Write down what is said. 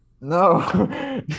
No